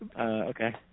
Okay